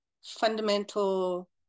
fundamental